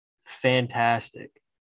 fantastic